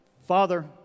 Father